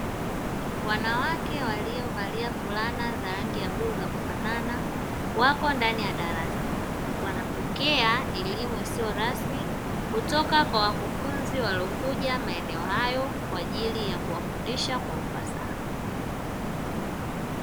Wanawake waliovalia fulana za rangi ya bluu za kufanana wapo ndani ya darasa, wanapokea elimu isio rasmi kutoka kwa wakufunzi waliokuja maeneo hayo kwa ajili ya kuwafundisha kwa ufasaha.